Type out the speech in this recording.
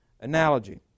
analogy